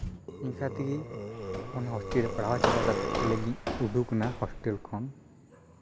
ᱤᱱᱠᱟᱹ ᱛᱮᱜᱮ ᱚᱱᱟ ᱦᱚᱥᱴᱮᱞ ᱨᱮ ᱯᱟᱲᱦᱟᱣ ᱪᱟᱵᱟ ᱠᱟᱛᱮᱫ ᱟᱹᱞᱤᱧ ᱞᱤᱧ ᱩᱸᱰᱩᱠᱱᱟ ᱦᱚᱥᱴᱮᱞ ᱠᱷᱚᱱ